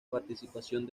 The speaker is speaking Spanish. participación